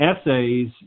essays